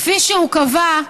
כפי שהוא קבע,